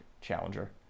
challenger